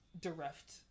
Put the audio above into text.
direct